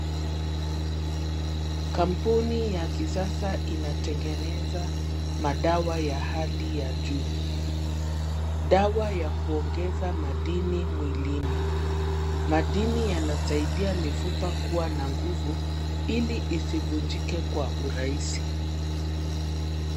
Kampuni ya kisasa inatengeneza madawa ya hali ya juu. Dawa ya kuongeza madini mwilini. Madini yanasaidia mifupa kuwa na nguvu, ili isivunjike kwa urahisi.